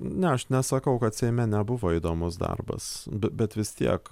ne aš nesakau kad seime nebuvo įdomus darbas be bet vis tiek